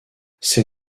ces